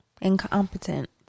Incompetent